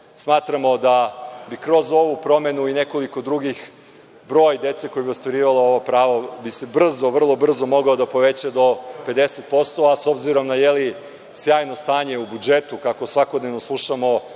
Smatramo da bi kroz ovu promenu i nekoliko drugih broj dece koja bi ostvarivalo ovo pravo bi se brzo, vrlo brzo, mogao da poveća do 50%, a s obzirom sjajno stanje u budžetu kako svakodnevno slušamo